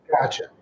Gotcha